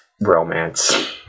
Romance